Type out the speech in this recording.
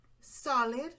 solid